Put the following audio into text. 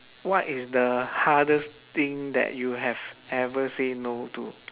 what is the hardest thing that you have ever say no to